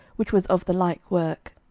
which was of the like work.